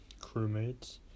crewmates